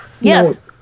Yes